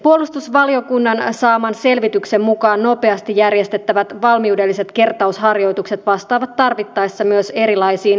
puolustusvaliokunnan saaman selvityksen mukaan nopeasti järjestettävät valmiudelliset kertausharjoitukset vastaavat tarvittaessa myös erilaisiin hybridiuhkatilanteisiin